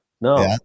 No